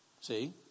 see